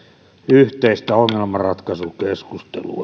yhteistä ongelmanratkaisukeskustelua